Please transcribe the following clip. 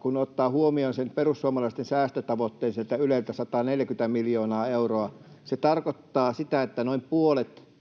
kun ottaa huomioon sen perussuomalaisten säästötavoitteen, Yleltä 140 miljoonaa euroa, se tarkoittaa sitä, että noin puolet